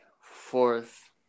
fourth